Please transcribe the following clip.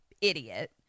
idiot